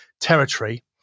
territory